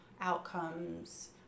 outcomes